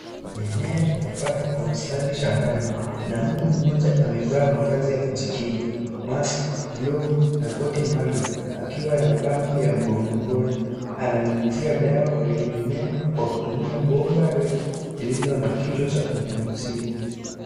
Mimea imepangwa kwa mstari shambani, na mtu mmoja amevaa mavazi ya kujikinga; mask , glavu na koti maalum akiwa na pampu ya mgongoni. Ananyunyizia dawa kwenye mimea kwa kutumia bomba refu lililo na kichwa cha kunyunyizia.